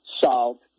solved